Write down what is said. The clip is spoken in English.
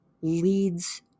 leads